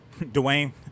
Dwayne